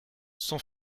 son